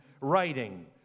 writing